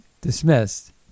dismissed